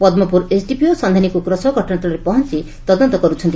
ପଦ୍କପୁର SDPO ସକ୍ଷାନୀ କୁକୁର ସହ ଘଟଣାସ୍ସଳରେ ପହଂଚି ତଦନ୍ତ କରୁଛନ୍ତି